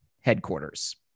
headquarters